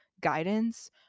guidance